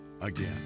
again